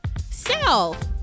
self